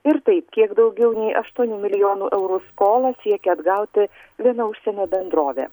ir taip kiek daugiau nei aštuonių milijonų eurų skolą siekia atgauti viena užsienio bendrovė